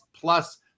plus